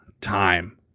time